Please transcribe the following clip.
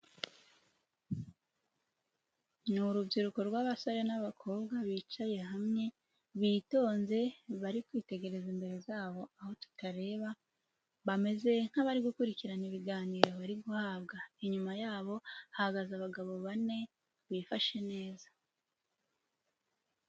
Ni urubyiruko rw'abasore n'abakobwa bicaye hamwe, bitonze, bari kwitegereza imbere zabo aho tutareba, bameze nk'abari gukurikirana ibiganiro bari guhabwa. Inyuma yabo hahagaze abagabo bane bifashe neza.